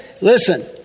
listen